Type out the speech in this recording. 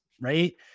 right